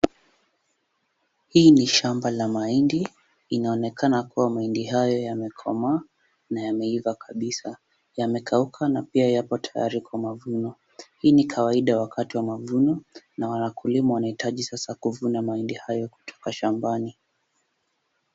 Hii ni shamba la mahindi inaonekana kuwa mahindi hayo yamekomaa na yameiva kabisa yamekauka na pia yapo tayari kwa mavuno hii ni kawaida wakati wa mavuno na wakulima wanahitaji sasa kuvuna mahindi hayo kutoka shambani